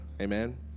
amen